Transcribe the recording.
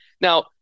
Now